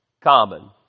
common